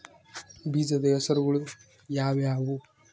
ಬೇಜದ ಹೆಸರುಗಳು ಯಾವ್ಯಾವು?